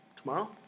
tomorrow